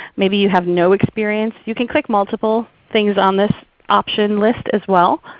maybe you have no experience. you can click multiple things on this option list as well.